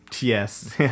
Yes